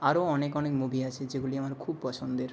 আরও অনেক অনেক মুভি আছে যেগুলি আমার খুব পছন্দের